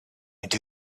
into